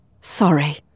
Sorry